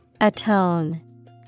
Atone